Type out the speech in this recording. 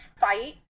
fight